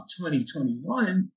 2021